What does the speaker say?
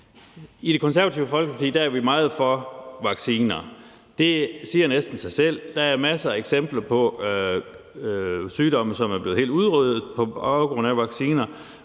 I Det Konservative Folkeparti er vi meget for vacciner. Det siger næsten sig selv. Der er masser af eksempler på sygdomme, som er blevet helt udryddet på baggrund af vacciner.